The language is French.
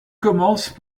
commence